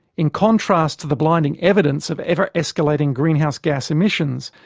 in contrast the blinding evidence of ever-escalating greenhouse gas emissions,